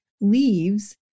leaves